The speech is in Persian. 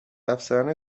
افسران